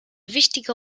wichtige